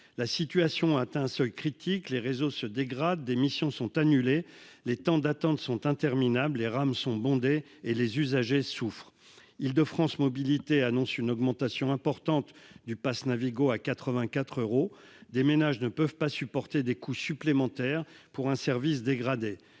La situation atteint un seuil critique. Les réseaux se dégradent, des missions sont annulées, les temps d'attente sont interminables, les rames sont bondées et les usagers souffrent. Île-de-France Mobilités annonce une augmentation importante du passe Navigo, qui serait porté à 84 euros. Les ménages ne peuvent pas supporter des coûts supplémentaires pour un service dégradé.